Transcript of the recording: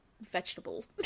vegetables